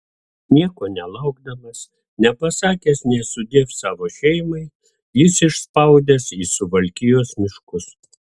nieko nelaukdamas nepasakęs nė sudiev savo šeimai jis išspaudęs į suvalkijos miškus